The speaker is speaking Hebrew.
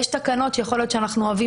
יש תקנות שיכול להיות שאנחנו אוהבים